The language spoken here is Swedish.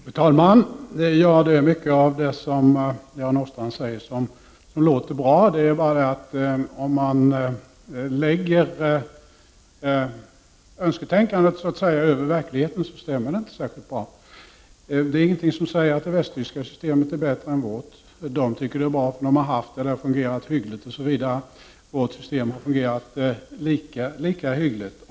Fru talman! Mycket av det som Göran Åstrand säger låter bra. Det är bara det, att om man lägger önsketänkandet över verkligheten stämmer det inte särskilt bra. Det är ingenting som säger att det västtyska systemet är bättre än vårt. Där tycker man att det är bra, därför att man har haft det och det har fungerat hyggligt. Vårt system har fungerat lika hyggligt.